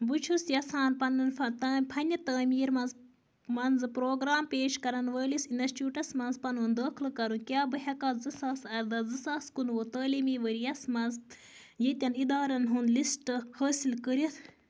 بہٕ چھُس یژھان پَنُن فَنہِ تعمیٖر منٛز منٛزٕ پرٛوگرام پیش کرَن وٲلِس اِنَسچوٗٹس منٛز پنُن دٲخلہٕ کرُن کیٛاہ بہٕ ہٮ۪کا زٕ ساس اَرداہ زٕ ساس کُنہٕ وُہ تٲلیٖمی ؤریَس منٛز ییٚتٮ۪ن اِدارن ہُنٛد لِسٹ حٲصِل کٔرِتھ